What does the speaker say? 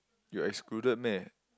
you're excluded meh